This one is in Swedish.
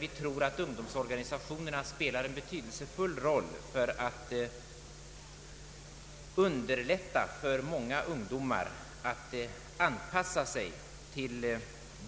Vi tror att ungdomsorganisationerna spelar en betydelsefull roll när det gäller att underlätta för många ungdomar att anpassa sig till